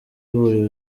buri